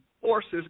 forces